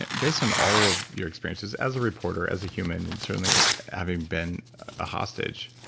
and based on all of your experiences as a reporter, as a human, and certainly having been a hostage,